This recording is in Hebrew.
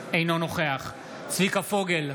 אינו נוכח צביקה פוגל,